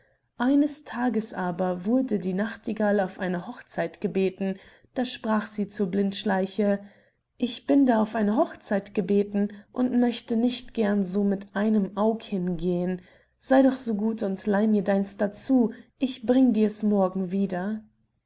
eines tags aber wurde die nachtigall auf eine hochzeit gebeten da sprach sie zur blindschleiche ich bin da auf eine hochzeit gebeten und mögte nicht gern so mit einem aug hingehen sey doch so gut und leih mir deins dazu ich bring dirs morgen wieder